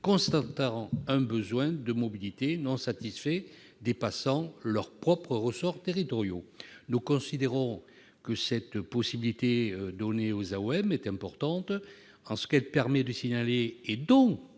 constateraient un besoin de mobilités non satisfait dépassant leurs propres ressorts territoriaux. Nous considérons que cette possibilité donnée aux AOM est importante en ce qu'elle permet de signaler les